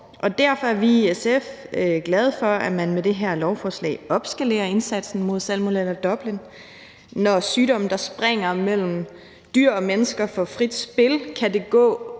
derfor er vi i SF glade for, at man med det her lovforslag opskalerer indsatsen mod Salmonella Dublin, for når sygdom, der springer mellem dyr og mennesker, får frit spil, kan det gå